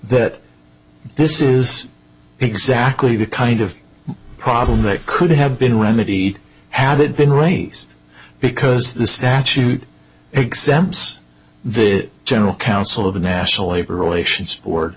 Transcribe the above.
that this is exactly the kind of problem that could have been remedied had it been raised because the statute exams the general counsel of the national labor relations